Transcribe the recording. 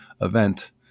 event